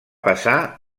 passar